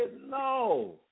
no